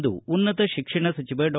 ಎಂದು ಉನ್ನತ ಶಿಕ್ಷಣ ಸಚಿವ ಡಾ